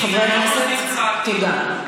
חבר הכנסת, תודה.